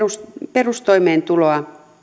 perustoimeentulo